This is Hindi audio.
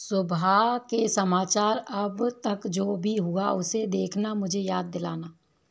सुबह के समाचार अब तक जो भी हुआ उसे देखना मुझे याद दिलाना